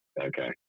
okay